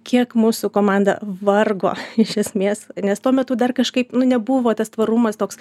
kiek mūsų komanda vargo iš esmės nes tuo metu dar kažkaip nu nebuvo tas tvarumas toks